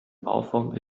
bauform